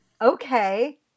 Okay